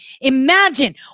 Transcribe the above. Imagine